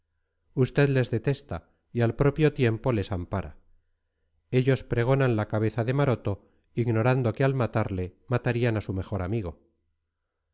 usted les detesta y al propio tiempo les ampara ellos pregonan la cabeza de maroto ignorando que al matarle matarían a su mejor amigo